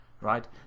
right